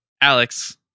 Alex